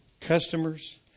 Customers